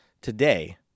Today